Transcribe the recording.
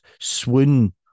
swoon